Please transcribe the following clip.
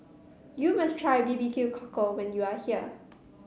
you must try B B Q Cockle when you are here